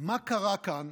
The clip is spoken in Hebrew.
מה קרה כאן